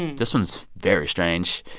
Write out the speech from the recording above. this one's very strange.